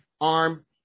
arm